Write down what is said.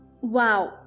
Wow